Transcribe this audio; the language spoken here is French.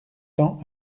tend